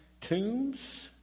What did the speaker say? tombs